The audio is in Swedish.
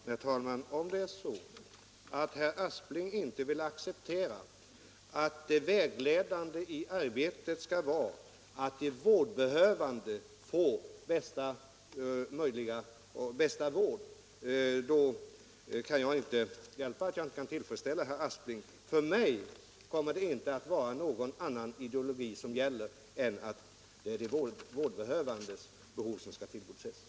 Herr talman! Om herr Aspling inte vill acceptera att det vägledande i arbetet skall vara att de vårdbehövande får bästa möjliga vård, kan det inte hjälpas att jag inte kan tillfredsställa herr Aspling. För mig kommer inte någon annan ideologi att gälla än att de vårdbehövandes behov skall tillgodoses.